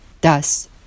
Thus